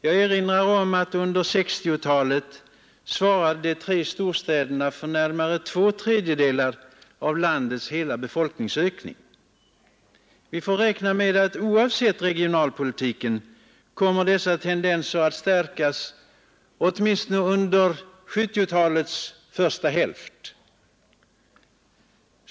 Jag erinrar om att under 1960-talet svarade de tre storstäderna för närmare två tredjedelar av landets hela befolkningsökning. Vi får räkna med att, oavsett regionalpolitiken, dessa tendenser kommer att stärkas under 1970-talets första hälft.